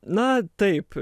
na taip